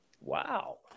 Wow